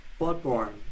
Bloodborne